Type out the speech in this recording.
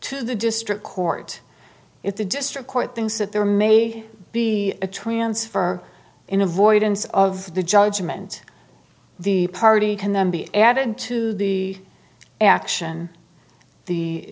to the district court if the district court thinks that there may be a transfer in avoidance of the judgment the party can then be added to the action the